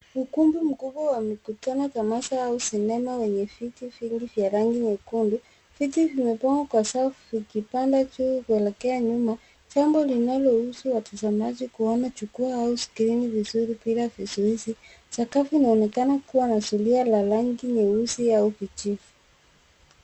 Ukumbi mkubwa wa mikutano, tamasha au sinema wenye viti vingi vya rangi nyekundu. Viti vimepangwa kwa safu, vikipanda juu kuelekea nyuma, jambo linalo husu watazamaji kuona jukwaa au skrini vizuri bila vizuizi. Sakafu inaonekana kuwa na vulia ya rangi nyeusi au kijivu.